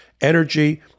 energy